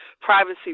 privacy